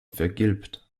vergilbt